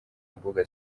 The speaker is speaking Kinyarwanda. mbuga